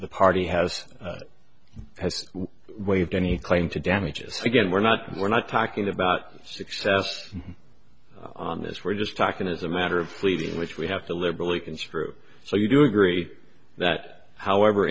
the party has has waived any claim to damages again we're not we're not talking about success on this we're just talking as a matter of pleading which we have to liberally construed so you do agree that however